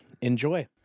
Enjoy